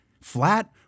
Flat